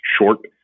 short